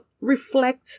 reflect